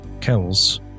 Kells